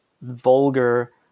vulgar